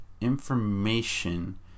information